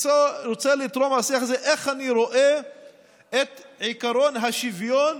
איך אני רואה את עקרון השוויון